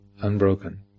unbroken